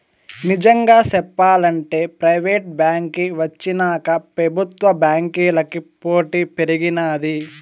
నిజంగా సెప్పాలంటే ప్రైవేటు బాంకీ వచ్చినాక పెబుత్వ బాంకీలకి పోటీ పెరిగినాది